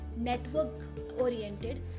network-oriented